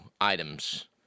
items